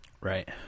Right